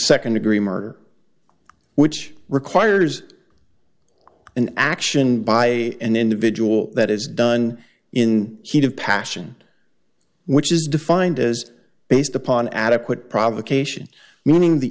nd degree murder which requires an action by an individual that is done in heat of passion which is defined as based upon adequate provocation meaning the